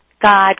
God